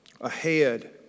ahead